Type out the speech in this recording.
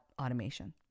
automation